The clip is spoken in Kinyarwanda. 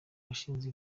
washinze